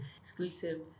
Exclusive